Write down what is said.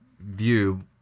view